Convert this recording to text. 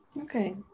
Okay